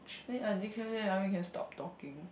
then I think after that we can stop talking